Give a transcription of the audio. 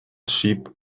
sheep